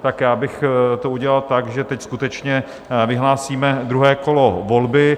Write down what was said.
Tak já bych to udělal tak, že teď skutečně vyhlásíme druhé kolo volby.